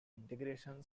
integration